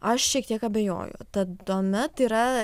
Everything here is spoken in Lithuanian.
aš šiek tiek abejoju tad tuomet yra